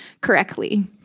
correctly